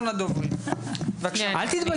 מה בעד?